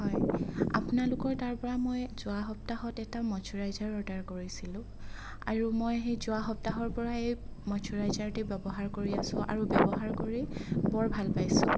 হয় আপোনালোকৰ তাৰপৰা মই যোৱা সপ্তাহত এটা মইশ্বৰাইজাৰ অৰ্ডাৰ কৰিছিলোঁ আৰু মই সেই যোৱা সপ্তাহৰপৰাই এই মইশ্বৰাইজাৰটো ব্যৱহাৰ কৰি আছো আৰু ব্যৱহাৰ কৰি বৰ ভাল পাইছোঁ